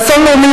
אסון לאומי,